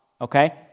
okay